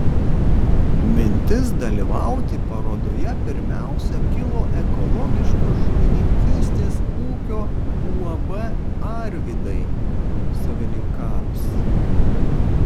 mintis dalyvauti parodoje pirmiausia kilo ekologiškos žuvininkystės ūkio uab arvydai savininkams